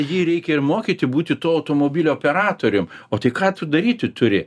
jį reikia ir mokyti būti to automobilio operatorium o tai ką tu daryti turi